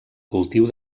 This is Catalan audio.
cultiu